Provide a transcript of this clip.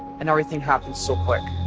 and everything happened so quick.